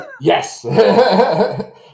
Yes